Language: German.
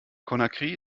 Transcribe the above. conakry